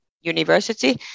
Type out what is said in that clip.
university